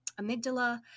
amygdala